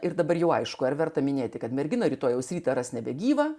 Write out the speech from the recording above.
ir dabar jau aišku ar verta minėti kad mergina rytojaus rytą ras nebegyvą